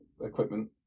equipment